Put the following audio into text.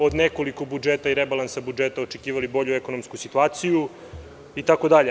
Od nekoliko budžeta i rebalansa budžeta očekivali smo bolju ekonomsku situaciju itd.